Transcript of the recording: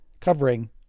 covering